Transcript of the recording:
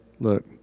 look